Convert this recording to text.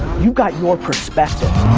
you've got your perspective.